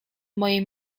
moje